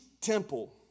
temple